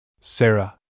Sarah